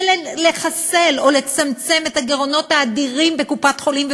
ולחסל או לצמצם את הגירעונות האדירים בקופת-חולים,